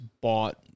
bought